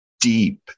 deep